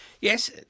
yes